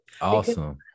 awesome